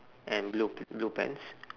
and blu~ blue pants